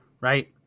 right